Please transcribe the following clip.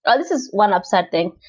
this is one upside thing.